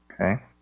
okay